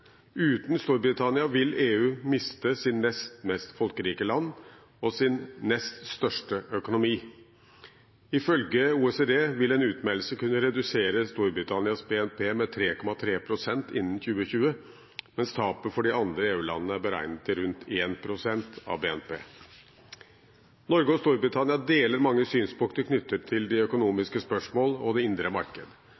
Uten Storbritannia vil EU miste sitt nest mest folkerike land og sin nest største økonomi. Ifølge OECD vil en utmeldelse kunne redusere Storbritannias BNP med 3,3 pst. innen 2020, mens tapet for de andre EU-landene er beregnet til rundt 1 pst. av BNP. Norge og Storbritannia deler mange synspunkter knyttet til